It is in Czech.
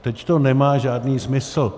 Teď to nemá žádný smysl.